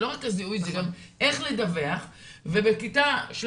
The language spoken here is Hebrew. זה לא רק הזיהוי זה גם איך לדווח ובכיתה בה